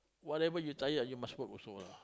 whatever you tired you must work also lah